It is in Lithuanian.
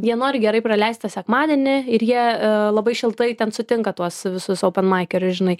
jie nori gerai praleist tą sekmadienį ir jie labai šiltai ten sutinka tuos visus openmaikerius žinai